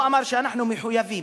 הוא אמר שאנחנו מחויבים,